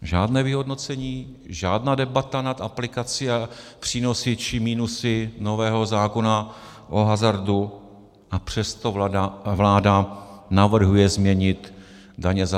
Žádné vyhodnocení, žádná debata nad aplikací a přínosy či minusy nového zákona o hazardu, a přesto vláda navrhuje změnit daně z hazardu.